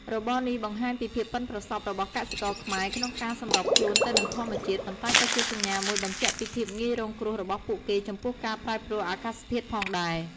របរនេះបង្ហាញពីភាពប៉ិនប្រសប់របស់កសិករខ្មែរក្នុងការសម្របខ្លួនទៅនឹងធម្មជាតិ ប៉ុន្តែក៏ជាសញ្ញាមួយបញ្ជាក់ពីភាពងាយរងគ្រោះរបស់ពួកគេចំពោះការប្រែប្រួលអាកាសធាតុផងដែរ។